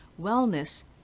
wellness